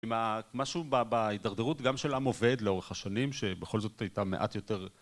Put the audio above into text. עם משהו בהתהרדרות גם של עם עובד לאורך השנים שבכל זאת הייתה מעט יותר